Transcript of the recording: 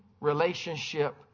relationship